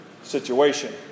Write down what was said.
Situation